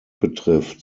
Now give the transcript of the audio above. betrifft